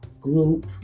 group